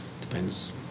Depends